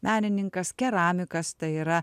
menininkas keramikas tai yra